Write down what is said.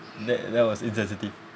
that that was insensitive